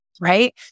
right